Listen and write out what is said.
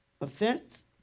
offense